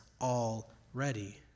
already